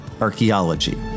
archaeology